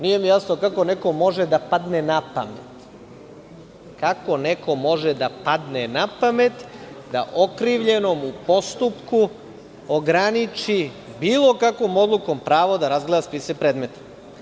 Nije mi jasno kako nekom može da padne napamet, kako nekom može da padne napamet da okrivljenom u postupku ograniči bilo kakvom odlukom pravo da razgleda spise predmeta?